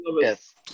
Yes